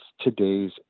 today's